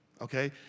okay